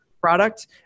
product